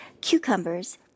cucumbers